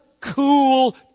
cool